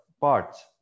parts